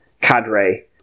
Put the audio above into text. cadre